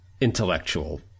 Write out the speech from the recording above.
intellectual